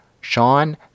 Sean